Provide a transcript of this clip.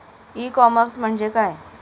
E commerce म्हणजे काय?